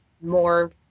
more